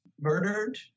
murdered